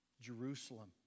Jerusalem